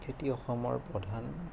খেতি অসমৰ প্ৰধান